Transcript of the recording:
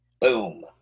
Boom